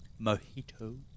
mojito